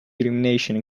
illumination